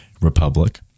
republic